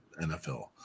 NFL